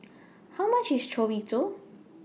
How much IS Chorizo